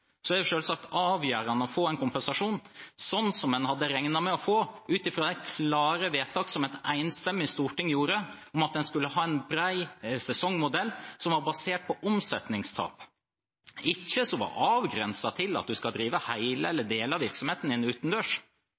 er det selvsagt avgjørende å få en kompensasjon, slik en hadde regnet med å få ut fra de klare vedtak som et enstemmig storting gjorde, om at en skulle ha en bred sesongmodell som var basert på omsetningstap, ikke som var avgrenset til at man skal drive hele eller deler av virksomheten sin utendørs.